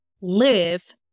live